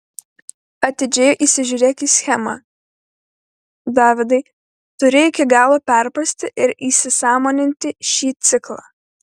atidžiai įsižiūrėk į schemą davidai turi iki galo perprasti ir įsisąmoninti šį ciklą